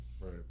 Right